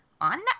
on